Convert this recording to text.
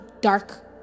dark